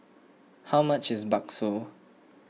how much is Bakso